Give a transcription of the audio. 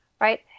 Right